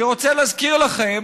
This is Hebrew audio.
אני רוצה להזכיר לכם